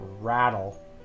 Rattle